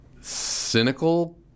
cynical